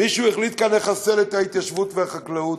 מישהו החליט כאן לחסל את ההתיישבות והחקלאות,